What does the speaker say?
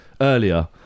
Earlier